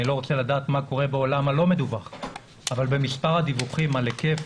אני לא רוצה לדעת מה קורה בעולם הלא מדווח אבל במספר הדיווחים על היקף